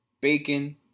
bacon